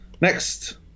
Next